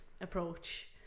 approach